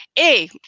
a,